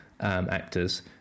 actors